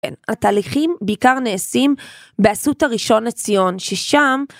התהליכים בעיקר נעשים באסותא ראשון לציון ששם